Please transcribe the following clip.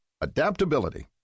Adaptability